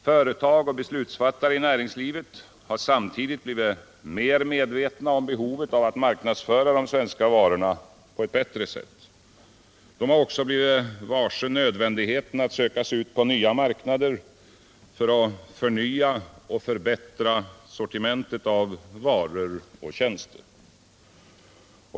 Företag och beslutsfattare i näringslivet har samtidigt blivit mer medvetna om behovet av att marknadsföra de svenska varorna på ett bättre sätt. De har också blivit varse nödvändigheten av att söka sig ut på nya marknader och att förnya och förbättra sortimentet av varor och tjänster.